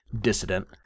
dissident